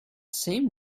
same